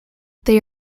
they